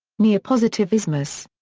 neopositivismus.